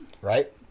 Right